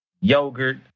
yogurt